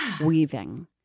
weaving